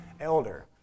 elder